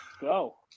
Go